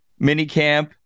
minicamp